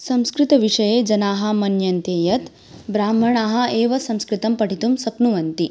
संस्कृतविषये जनाः मन्यन्ते यत् ब्राह्मणाः एव संस्कृतं पठितुं शक्नुवन्ति